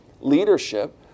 leadership